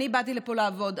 אני באתי לפה לעבוד,